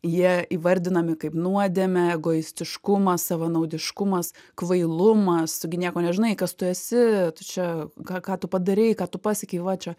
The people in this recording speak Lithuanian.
jie įvardinami kaip nuodėmė egoistiškumas savanaudiškumas kvailumas tu gi nieko nežinai kas tu esi tu čia ką ką tu padarei ką tu pasiekei va čia